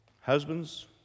Husbands